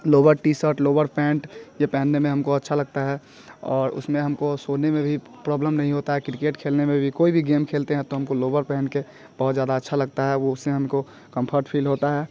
lower T shirt lower pant यह पहनने में हमको अच्छा लगता है और उसमें हमको सोने में भी प्रॉब्लम नहीं होता है किरकेट खेलने में भी कोई भी गेम खेलते हैं तो हमको लोअर पहन कर बहुत ज़्यादा अच्छा लगता है वह उसे हमको कंफर्ट फील होता है